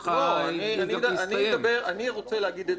אני רוצה להגיד את דבריי.